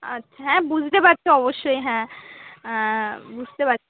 আচ্ছা হ্যাঁ বুঝতে পারছি অবশ্যই হ্যাঁ বুঝতে পারছি